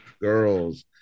girls